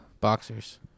boxers